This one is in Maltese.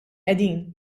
qegħdin